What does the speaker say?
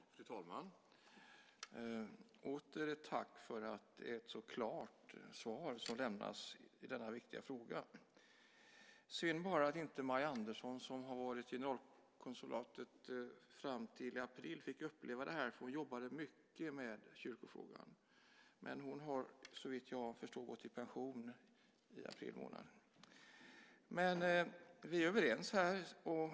Fru talman! Åter ett tack för att det är ett så klart svar som lämnas i denna viktiga fråga! Synd bara att inte May Andersson, som har varit på generalkonsulatet fram till i april, fick uppleva det här. Hon jobbade mycket med kyrkofrågan. Men hon gick, såvitt jag förstår, i pension i april månad. Men vi är överens här.